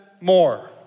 more